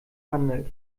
handelt